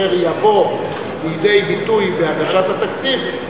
כאשר יבוא לידי ביטוי בהגשת התקציב,